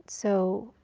so